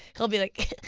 he'll be like.